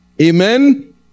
Amen